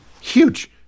huge